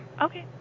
Okay